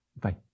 Bye